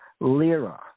Lira